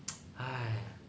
!haiya!